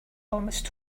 almost